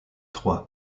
troy